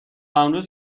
امروز